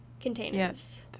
containers